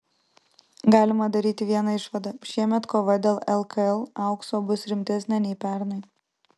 galima daryti vieną išvadą šiemet kova dėl lkl aukso bus rimtesnė nei pernai